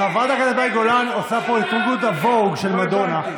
חברת הכנסת מאי גולן עושה פה את ריקוד הווג של מדונה.